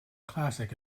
classic